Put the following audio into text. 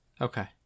Okay